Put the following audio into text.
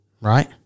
right